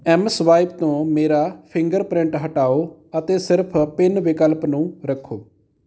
M swipe ਤੋਂ ਮੇਰਾ fingerprint ਹਟਾਓ ਅਤੇ ਸਿਰਫ ਪਿੰਨ ਵਿਕਲਪ ਨੂੰ ਰੱਖੋ